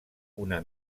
una